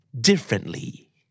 differently